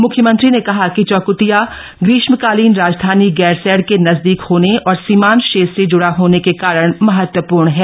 म्ख्यमंत्री ने कहा कि चौख्टिया ग्रीष्मकालीन राजधानी गैरसैंण के नजदीक होने और सीमान्त क्षेत्र से ज्ड़ा होने के कारण महत्वप्र्ण है